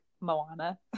Moana